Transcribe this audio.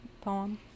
poem